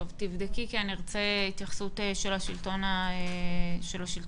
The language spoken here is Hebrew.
תבדקי כי אני ארצה התייחסות של השלטון המקומי.